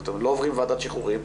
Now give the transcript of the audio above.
לא עוברים ועדת שחרורים,